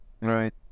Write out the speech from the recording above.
Right